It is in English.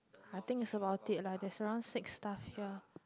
I think it's about these lah that's around six stuffs here